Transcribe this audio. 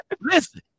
Listen